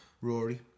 Rory